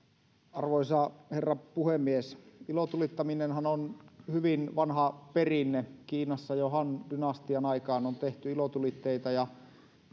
arvoisa herra puhemies ilotulittaminenhan on hyvin vanha perinne kiinassa jo han dynastian aikaan on tehty ilotulitteita ja